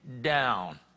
down